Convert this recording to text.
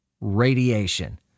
radiation